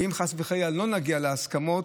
ואם חס וחלילה לא נגיע להסכמות,